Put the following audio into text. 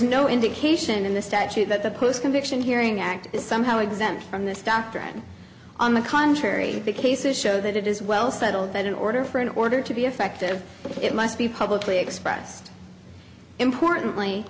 no indication in the statute that the post conviction hearing act is somehow exempt from this doctrine on the contrary the cases show that it is well settled that in order for an order to be effective it must be publicly expressed importantly